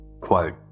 quote